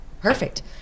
Perfect